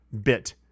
bit